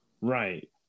Right